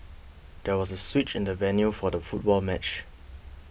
there was a switch in the venue for the football match